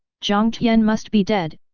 jiang tian must be dead,